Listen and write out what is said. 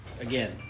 Again